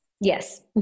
Yes